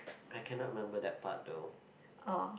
I cannot remember that part though